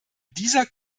dieser